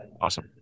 Awesome